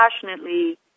passionately